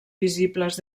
visibles